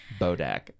Bodak